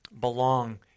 Belong